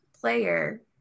player